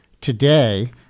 today